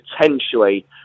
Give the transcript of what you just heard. potentially